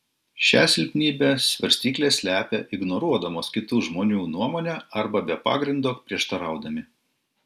šią silpnybę svarstyklės slepia ignoruodamos kitų žmonių nuomonę arba be pagrindo prieštaraudami